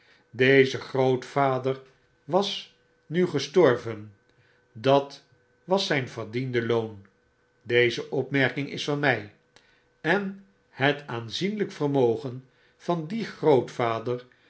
deze grootvader was nu gestorven dat was zyn verdiende loon deze opmerking is van my en het aanzienlyk vermogen van dien grootvader